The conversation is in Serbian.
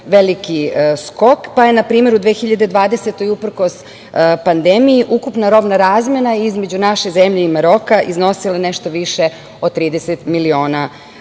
veliki skok, pa je na primer u 2020. godini uprkos pandemiji ukupna robna razmena između naše zemlje i Maroka, iznosila nešto više od 30 miliona dolara.U